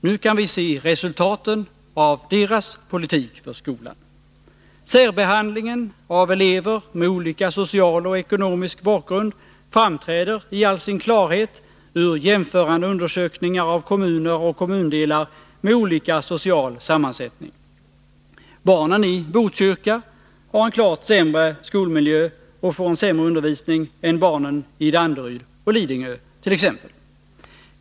Nu kan vi se resultaten av deras politik för skolan: Särbehandlingen av elever med olika social och ekonomisk bakgrund framträder i all sin klarhet ur jämförande undersökningar av kommuner och kommundelar med olika social sammansättning. Barnen i Botkyrka har en klart sämre skolmiljö och får en sämre undervisning än barnen i Danderyd och Lidingö t.ex.